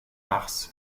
mars